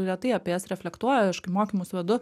retai apie jas reflektuoja mokymus vedu